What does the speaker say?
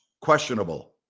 questionable